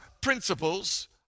principles